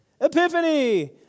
epiphany